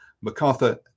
MacArthur